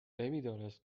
نمیدانست